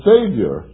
Savior